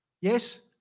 Yes